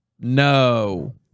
No